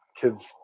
kids